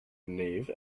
nave